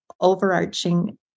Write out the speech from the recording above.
overarching